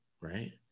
right